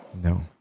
no